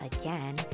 again